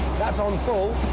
that's on full.